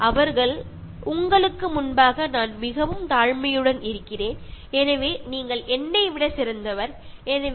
അവർക്ക് തോന്നാറുള്ളത് പ്രകൃതിക്കു മുന്നിൽ മനുഷ്യർ ചെറുതാണ് എന്നതാണ്